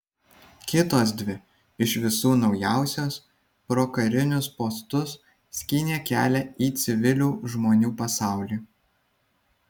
kitos dvi iš visų naujausios pro karinius postus skynė kelią į civilių žmonių pasaulį